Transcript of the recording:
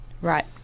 Right